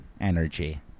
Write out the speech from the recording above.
energy